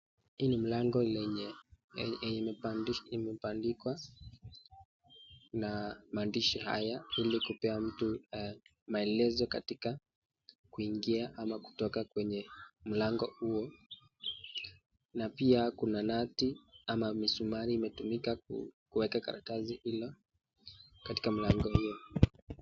Hii ni malango yenye imebandikwa na maandishi haya ili kupea mtu maelezo katika kuingia ama kuotoka kwenye mlango huo, na pia kuna nati ama misumari metumika katika kueka karatasi hilo katika mlango huo.